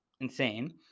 insane